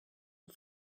bit